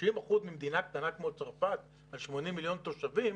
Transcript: אחוזים ממדינה קטנה כמו צרפת על 80 מיליון תושבים,